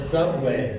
Subway